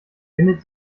wendet